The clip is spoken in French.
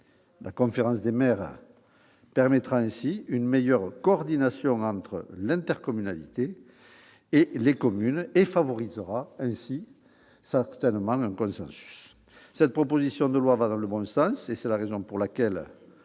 La conférence des maires permettra une meilleure coordination entre l'intercommunalité et les communes et favorisera le consensus. Je le redis, cette proposition de loi va dans le bon sens. C'est la raison pour laquelle